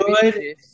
good